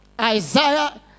Isaiah